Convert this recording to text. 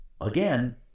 Again